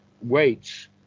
weights